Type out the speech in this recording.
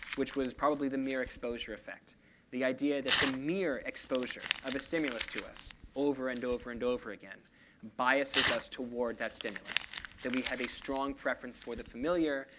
which was probably the mere exposure effect the idea that the mere exposure of a stimulus to us over and over and over again biases us toward that stimulus that we have a strong preference for the familiar,